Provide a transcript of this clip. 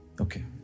Okay